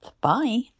Bye